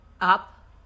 Up